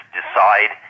decide